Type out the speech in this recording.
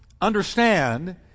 understand